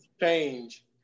change